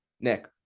Nick